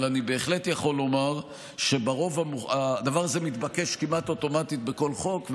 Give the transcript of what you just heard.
אבל אני בהחלט יכול לומר שהדבר הזה מתבקש כמעט אוטומטית בכל חוק,